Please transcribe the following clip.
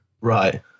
right